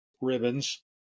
ribbons